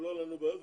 שלא יהיו לנו בעיות.